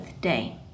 day